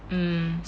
mm